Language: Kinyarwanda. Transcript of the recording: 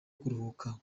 kuruhuka